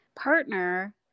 partner